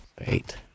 Eight